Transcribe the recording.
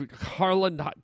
Harlan